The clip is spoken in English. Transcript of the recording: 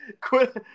quit